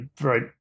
right